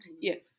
Yes